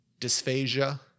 dysphagia